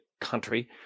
country